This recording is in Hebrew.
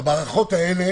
במערכות האלה